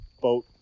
boat